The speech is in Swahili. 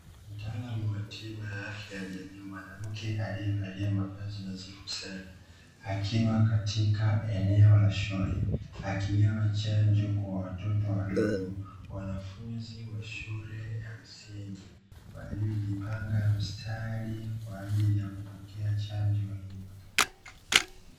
Mtaalamu wa tiba ya afya ya jamii mwanamke aliyevalia mavazi nadhifu sana, akiwa katika eneo la shule akigawa chanjo kwa watoto wadogo wanafunzi wa shule ya msingi waliojipanga mistari kwa ajili ya kupokea chanjo hiyo.